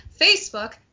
Facebook